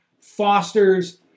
fosters